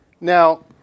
Now